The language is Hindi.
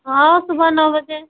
हाँ सुबह नौ बजे